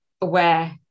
aware